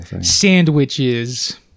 Sandwiches